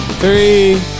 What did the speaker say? Three